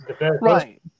Right